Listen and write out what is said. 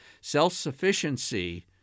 Self-sufficiency